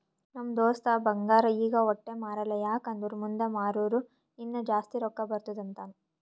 ನಮ್ ದೋಸ್ತ ಬಂಗಾರ್ ಈಗ ವಟ್ಟೆ ಮಾರಲ್ಲ ಯಾಕ್ ಅಂದುರ್ ಮುಂದ್ ಮಾರೂರ ಇನ್ನಾ ಜಾಸ್ತಿ ರೊಕ್ಕಾ ಬರ್ತುದ್ ಅಂತಾನ್